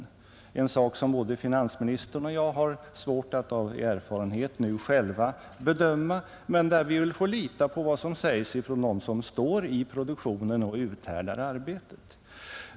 Det är en sak som både finansministern och jag har svårt att av erfarenhet nu bedöma, men vi får väl lita på vad som sägs av dem som står i produktionen och uthärdar arbetet.